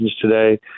today